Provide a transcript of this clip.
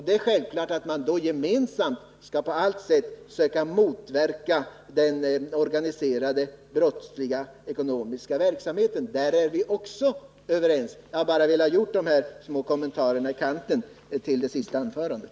Det är självklart att man då gemensamt på allt sätt skall försöka motverka den organiserade brottsliga ekonomiska verksamheten. På den punkten är vi också överens. Jag har velat göra de här små kommentarerna med anledning av det senaste anförandet.